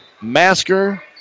Masker